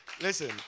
Listen